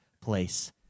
place